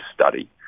study